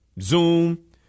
Zoom